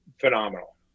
phenomenal